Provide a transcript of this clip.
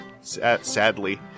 Sadly